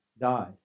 died